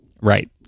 Right